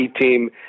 team